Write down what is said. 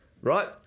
right